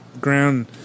ground